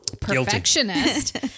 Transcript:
perfectionist